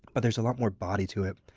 but there's a lot more body to it.